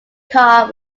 car